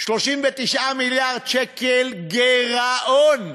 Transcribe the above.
39 מיליארד שקל גירעון.